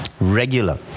Regular